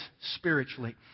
spiritually